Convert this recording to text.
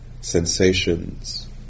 sensations